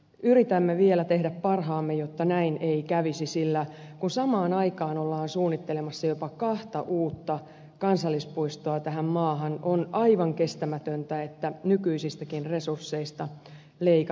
yritämme vielä tehdä parhaamme jotta näin ei kävisi sillä kun samaan aikaan ollaan suunnittelemassa jopa kahta uutta kansallispuistoa tähän maahan on aivan kestämätöntä että nykyisistäkin resursseista leikattaisiin